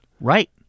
Right